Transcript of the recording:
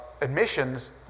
admissions